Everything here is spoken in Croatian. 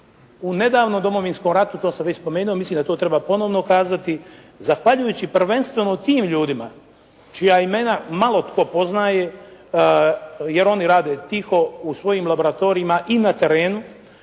u nedavnom Domovinskom ratu to sam već spomenuo. Mislim da to treba ponovno kazati zahvaljujući prvenstveno tim ljudima čija imena malo tko poznaje jer oni rade tiho u svojim laboratorijima i na terenu